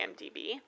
IMDB